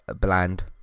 bland